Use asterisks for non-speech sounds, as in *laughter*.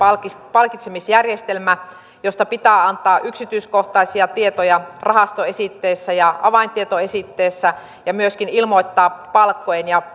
palkitsemisjärjestelmä josta pitää antaa yksityiskohtaisia tietoja rahastoesitteissä ja avaintietoesitteessä ja myöskin ilmoittaa palkkojen ja *unintelligible*